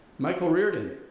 micheal riordan,